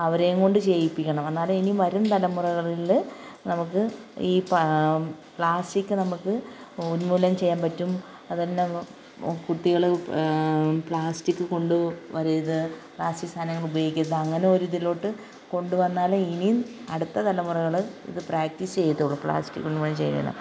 അവരെയും കൊണ്ട് ചെയ്യിപ്പിക്കണം എന്നാലെ ഇനി വരും തലമുറകളിൽ നമുക്ക് ഈ പാ പ്ലാസ്റ്റിക്ക് നമുക്ക് ഉന്മൂലനം ചെയ്യാൻ പറ്റും അതന്നങ്ങ് കുട്ടികൾ പ്ലാസ്റ്റിക്ക് കൊണ്ടു വരരുത് പ്ലാസ്റ്റിക് സ സാധനങ്ങൾ ഉപയോഗിക്കരുത് അങ്ങനൊരിതിലോട്ട് കൊണ്ടു വന്നാലേ ഇനിയും അടുത്ത തലമുറകൾ ഇത് പ്രാക്റ്റീസ് ചെയ്യത്തുള്ളു പ്ലാസ്റ്റിക്ക് ഉന്മൂലനം ചെയ്യണം